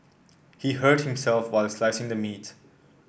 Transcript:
he hurt himself while slicing the meat